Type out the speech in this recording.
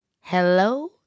Hello